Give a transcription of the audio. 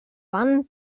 van